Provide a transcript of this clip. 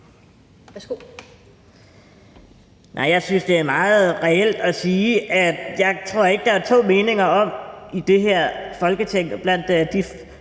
jeg synes, det er meget reelt at sige, at jeg ikke tror, der er to meninger om – i det her Folketing blandt de